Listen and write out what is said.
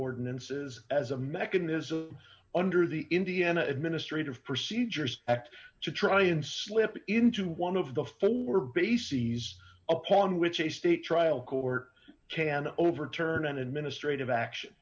ordinances as a mechanism under the indiana administrative procedures act to try and slip into one of the full were bases upon which a state trial court can overturn an administrative action